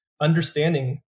understanding